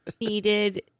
needed